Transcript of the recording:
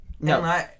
No